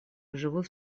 живут